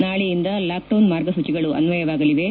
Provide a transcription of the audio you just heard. ನಾಳೆಯಿಂದ ಲಾಕ್ಡೌನ್ ಮಾರ್ಗಸೂಚಿಗಳು ಅನ್ವಯವಾಗಲಿವೆ